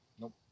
Nope